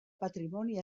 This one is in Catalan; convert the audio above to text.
patrimoni